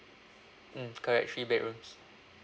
mm correct three bedrooms